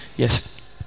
Yes